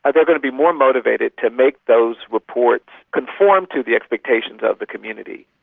and they're got to be more motivated to make those reports conform to the expectations of the community.